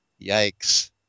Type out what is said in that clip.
Yikes